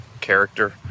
character